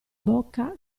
bocca